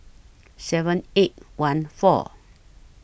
seven eight one four